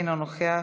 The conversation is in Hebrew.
אינו נוכח,